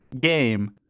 game